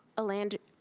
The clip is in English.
elandria?